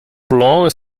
blanc